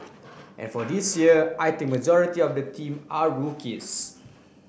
and for this year I think majority of the team are rookies